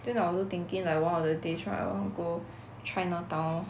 then I also thinking like one of the days right I want to go chinatown